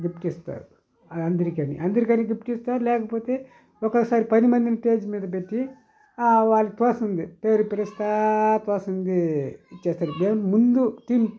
gift ఇస్తారు అది అందరికని లేకపోతే అందరికని గిఫ్ట్ ఇస్తారు లేకపోతే ఒక్కొక్కసారి పదిమందిని స్టేజ్ మీద పెట్టి వాళ్లకి తోసింది పేరు పిలుస్తా తోచింది ఇచ్చేస్తారు మేము ముందు